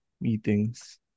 meetings